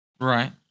Right